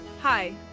Hi